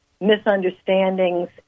misunderstandings